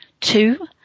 two